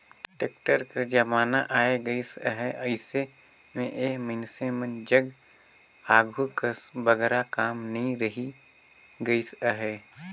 tractor कर जमाना आए गइस अहे, अइसे मे ए मइनसे मन जग आघु कस बगरा काम नी रहि गइस अहे